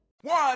One